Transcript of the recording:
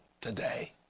today